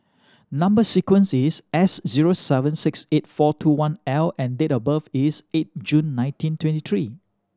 number sequence is S zero seven six eight four two one L and date of birth is eight June nineteen twenty three